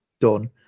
done